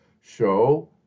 show